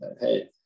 Hey